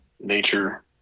nature